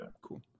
Cool